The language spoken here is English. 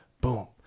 Boom